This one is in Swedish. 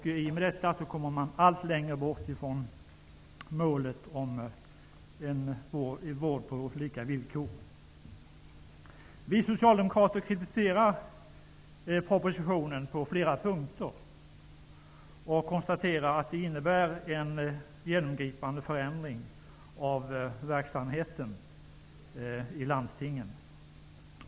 I och med det kommer man allt längre bort från målet om en vård på lika villkor. Vi socialdemokrater kritiserar propositionen på flera punkter och konstaterar att den innebär en genomgripande förändring av verksamheten i landstingen.